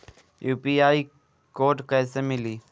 UPI code कैसे मिली?